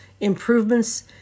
improvements